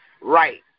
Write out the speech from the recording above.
right